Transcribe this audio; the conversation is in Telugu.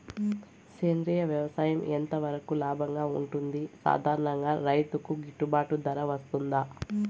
సేంద్రియ వ్యవసాయం ఎంత వరకు లాభంగా ఉంటుంది, సాధారణ రైతుకు గిట్టుబాటు ధర వస్తుందా?